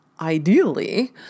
ideally